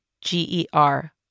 G-E-R